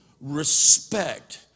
respect